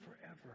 forever